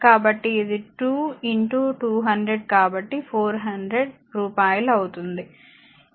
కాబట్టి ఇది 2 200 కాబట్టి 400 రూపాయలు అవుతుంది